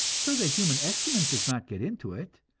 so that human excrement does not get into it,